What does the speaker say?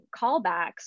callbacks